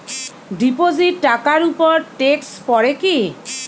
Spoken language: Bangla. ডিপোজিট টাকার উপর ট্যেক্স পড়ে কি?